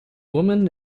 woman